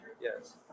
Yes